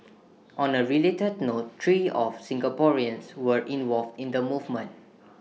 on A related note three of Singaporeans were involved in the movement